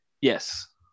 Yes